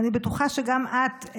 אני בטוחה שגם את,